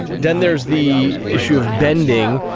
then there's the issue of bending,